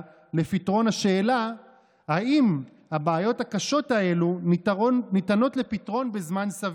לפתרון השאלה אם הבעיות הקשות האלה ניתנות לפתרון בזמן סביר.